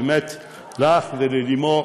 באמת, לך וללימור